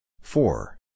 Four